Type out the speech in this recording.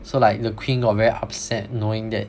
so like the Queen got very upset knowing that